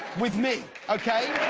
with me, okay.